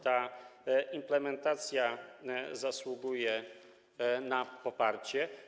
Ta implementacja zasługuje na poparcie.